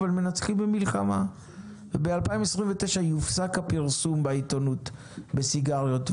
אבל הם מנצחים במלחמה וב-2029 יופסק הפרסום בעיתונות לסיגריות.